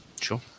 Sure